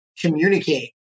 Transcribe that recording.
communicate